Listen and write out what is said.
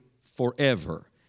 forever